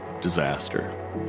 disaster